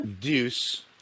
Deuce